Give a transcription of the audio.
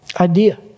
idea